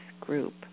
group